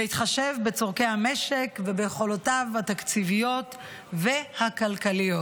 בהתחשב בצורכי המשק וביכולותיו התקציביות והכלכליות.